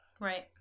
Right